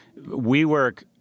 WeWork